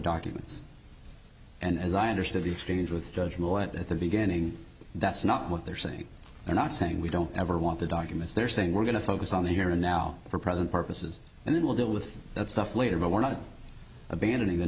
documents and as i understood the exchange with judge millette at the beginning that's not what they're saying they're not saying we don't ever want the documents they're saying we're going to focus on the here and now for present purposes and it will deal with that stuff later but we're not abandoning the